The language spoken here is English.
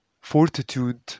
Fortitude